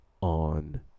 on